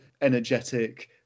energetic